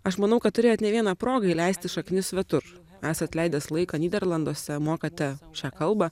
aš manau kad turėjot ne vieną progą įleisti šaknis svetur esat leidęs laiką nyderlanduose mokate šią kalbą